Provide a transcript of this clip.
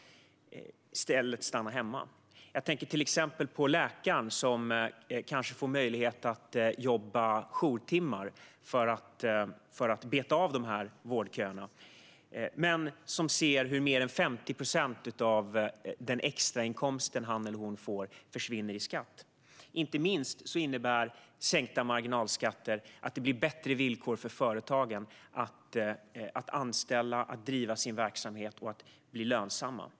Jag tänker till exempel på läkaren som kanske får möjlighet att jobba jourtimmar för att beta av vårdköerna men ser hur mer än 50 procent av den extrainkomst han eller hon får försvinner i skatt. Inte minst innebär sänkta marginalskatter att det blir bättre villkor för företagen när de ska anställa, driva sin verksamhet och bli lönsamma.